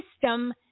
system